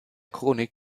chronik